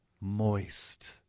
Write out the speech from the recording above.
Moist